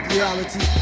Reality